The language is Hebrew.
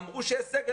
אמרו שיש סגר,